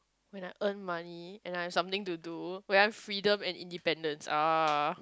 when I earn money and I have something to do when I have freedom and independence ah